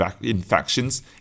infections